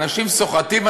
אנשים סוחטים אנשים,